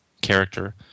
character